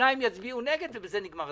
שניים יצביעו נגד ובזה נגמר הסיפור.